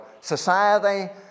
society